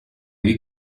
you